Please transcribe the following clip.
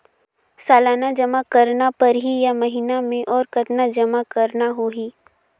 सालाना जमा करना परही या महीना मे और कतना जमा करना होहि?